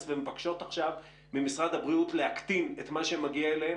ומבקשות עכשיו ממשרד הבריאות להקטין את מה שמגיע אליהם,